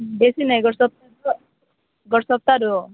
ବେଶୀ ନାଇଁ ଗୋଟେ ସପ୍ତାହ ରୁହ